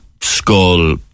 Skull